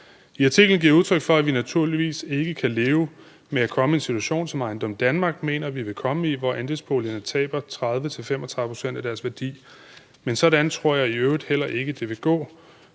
I artiklen giver jeg udtryk for, at vi naturligvis ikke kan leve med at komme i en situation, som EjendomDanmark mener vi vil komme i, hvor andelsboligerne taber 30-35 pct. af deres værdi. Men sådan tror jeg i øvrigt heller ikke det vil gå.